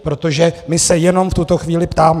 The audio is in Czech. Protože my se jenom v tuto chvíli ptáme.